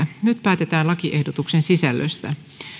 nyt päätetään lakiehdotuksen sisällöstä